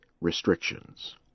restrictions